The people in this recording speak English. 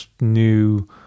new